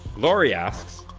laurie asks,